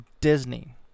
Disney